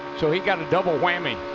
so he got a double whammy.